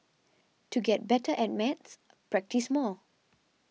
to get better at maths practise more